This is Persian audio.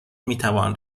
میتوان